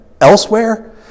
elsewhere